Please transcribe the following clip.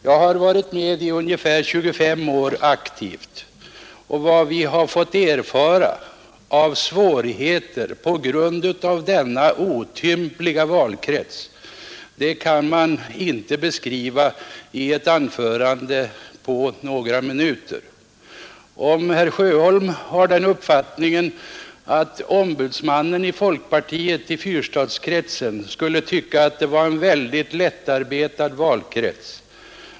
Jag har varit med aktivt i ungefär 25 år, och vad jag har fått erfara av svårigheter på grund av valkretsens otymplighet kan inte beskrivas i ett anförande på några minuter. Herr Sjöholm har den uppfattningen att folkpartiets ombudsman i fyrstadskretsen borde tycka att han verkar i en väldigt lättarbetad valkrets.